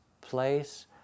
place